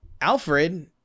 Alfred